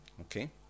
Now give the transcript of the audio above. Okay